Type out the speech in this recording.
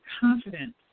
confidence